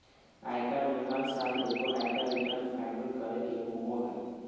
आयकर में हर साल एगो आयकर रिटर्न फाइल करे के होबो हइ